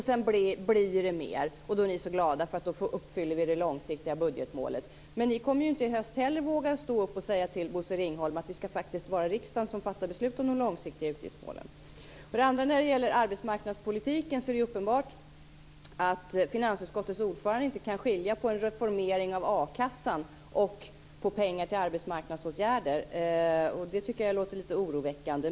Sedan blir det mer, och då är ni så glada för då uppfyller vi det långsiktiga budgetmålet. Men ni kommer ju inte i höst heller att våga stå upp och säga till Bosse Ringholm att det faktiskt ska vara riksdagen som fattar beslut om de långsiktiga utgiftsmålen. När det sedan gäller arbetsmarknadspolitiken är det uppenbart att finansutskottets ordförande inte kan skilja på en reformering av a-kassan och pengar till arbetsmarknadsåtgärder. Det tycker jag låter lite oroväckande.